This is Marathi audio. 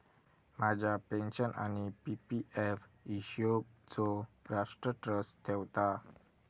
माझ्या पेन्शन आणि पी.पी एफ हिशोबचो राष्ट्र ट्रस्ट ठेवता